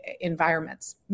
environments